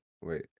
Wait